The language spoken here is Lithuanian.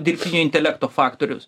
dirbtinio intelekto faktorius